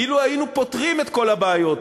אילו היינו פותרים את כל הבעיות